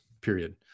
period